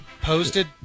Posted